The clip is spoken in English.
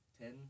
ten